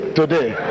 today